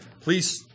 Please